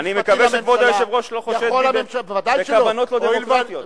אני מקווה שכבוד היושב-ראש לא חושד בי בכוונות לא דמוקרטיות.